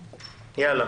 יאללה.